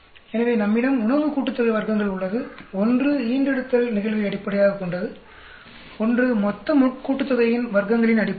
எனவே நம்மிடம் உணவு கூட்டுதொகை வர்க்கங்கள் உள்ளது ஒன்று ஈன்றெடுத்தல் நிகழ்வை அடிப்படையாகக் கொண்டது ஒன்று மொத்த கூட்டுத்தொகையின் வர்க்கங்களின் அடிப்படையில்